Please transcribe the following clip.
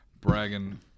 bragging